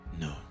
No